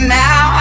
now